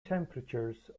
temperatures